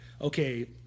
okay